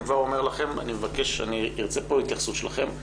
אני כבר אומר לכם שאני ארצה פה התייחסות שלכם,